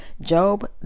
Job